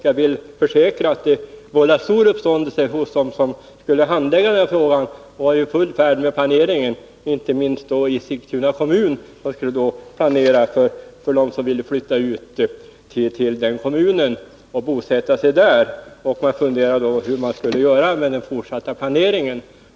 Jag kan försäkra att detta uttalande vållade stor uppståndelse bland dem som skulle handlägga frågan och som var i full färd med planeringen. Detta gäller inte minst för Sigtuna kommun, där man skulle planera för dem som ville flytta ut till kommunen och bosätta sig i den. Man började fundera hur man skall göra med den fortsatta planeringen.